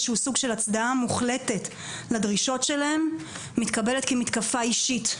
שהוא סוג של הצדעה מוחלטת לדרישות שלהם מתקבלת כמתקפה אישית.